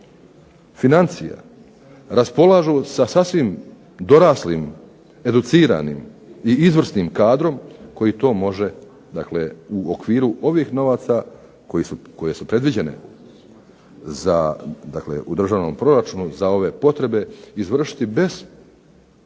financija raspolažu sa sasvim doraslim, izvrsnim i educiranim kadrom koji to može u okviru ovih novaca koje su predviđene u državnom proračunu za ove potrebe izvršiti bez